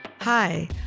Hi